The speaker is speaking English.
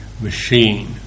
machine